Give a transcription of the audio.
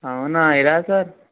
అవునా ఎలా సార్